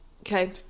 Okay